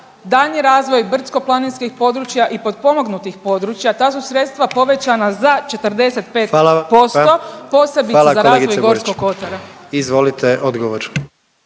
daljnji razvoj brdsko-planinskih područja i potpomognutih područja. Ta su sredstva povećana za 45% … …/Upadica predsjednik: Hvala